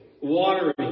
watering